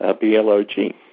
B-L-O-G